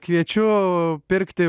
kviečiu pirkti